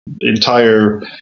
entire